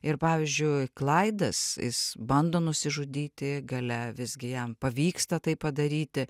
ir pavyzdžiui klaidas jis bando nusižudyti gale visgi jam pavyksta tai padaryti